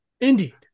Indeed